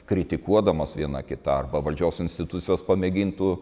kritikuodamos viena kitą arba valdžios institucijos pamėgintų